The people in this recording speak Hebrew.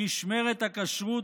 נשמרת הכשרות,